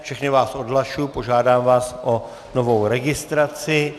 Všechny vás odhlašuji, požádám vás o novou registraci.